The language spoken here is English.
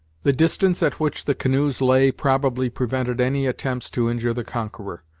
the distance at which the canoes lay probably prevented any attempts to injure the conqueror,